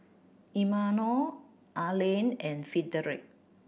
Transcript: Imanol Arlen and Frederick